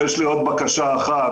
יש לי עוד בקשה אחת,